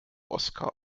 oscar